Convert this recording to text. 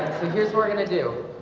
here's we're gonna do